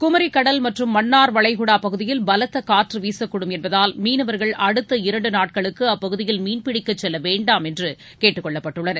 குமரி கடல் மற்றும் மன்னார் வளைகுடா பகுதியில் பலத்த காற்று வீசக்கூடும் என்பெதால் மீனவர்கள் அடுத்த இரண்டு நாட்களுக்கு அப்பகுதியில் மீன்பிடிக்கச் செல்ல வேண்டாம் என்று கேட்டுக் கொள்ளப்பட்டுள்ளனர்